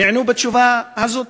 נענה בתשובה הזאת: